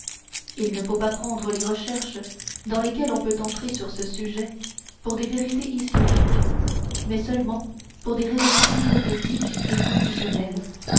il ne faut pas prendre les recherches dans lesquelles on peut entrer sur ce sujet pour des vérités historiques mais seulement pour des raisonnements hypothétiques et conditionnels